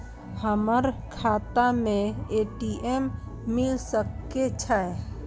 हमर खाता में ए.टी.एम मिल सके छै?